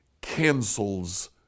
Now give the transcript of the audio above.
cancels